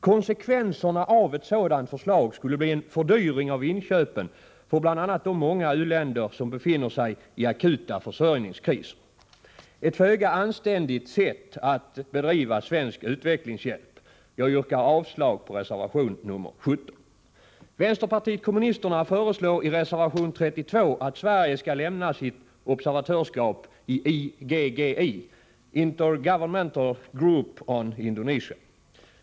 Konsekvenserna av ett förverkligande av detta förslag skulle bli en fördyring av inköpen för bl.a. de många u-länder som befinner sig i en akut försörjningskris. Det är ett föga anständigt sätt att bedriva svensk utvecklingshjälp. Jag yrkar avslag på reservation 17. Vänsterpartiet kommunisterna föreslår i reservation 32 att Sverige skall lämna sitt observatörskap i IGGI, Intergovernmental Group on Indonesia.